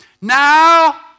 Now